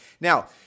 now